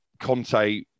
Conte